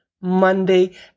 Monday